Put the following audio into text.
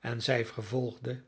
en zij vervolgde